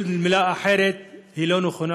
כל מילה אחרת היא לא נכונה.